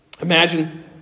Imagine